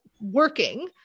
working